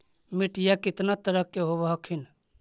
मिट्टीया कितना तरह के होब हखिन?